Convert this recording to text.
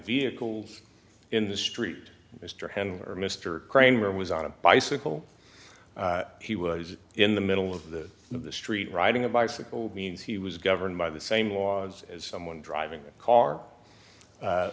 vehicles in the street mr henry or mr cramer was on a bicycle he was in the middle of the the street riding a bicycle means he was governed by the same laws as someone driving a car